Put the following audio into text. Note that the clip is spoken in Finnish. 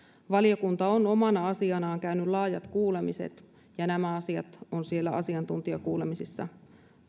valiokunta on omana asianaan käynyt laajat kuulemiset ja nämä asiat on siellä asiantuntijakuulemisissa